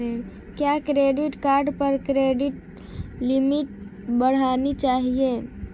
क्या credit card पर credit limit बढ़ानी चाहिए?